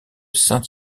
saint